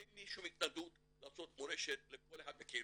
אין לי שום התנגדות לעשות מורשת לכל אחת מהקהילות,